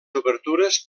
obertures